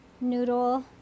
noodle